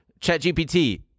ChatGPT